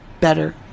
better